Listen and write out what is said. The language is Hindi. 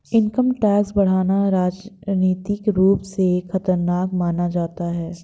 इनकम टैक्स बढ़ाना राजनीतिक रूप से खतरनाक माना जाता है